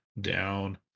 down